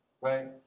Right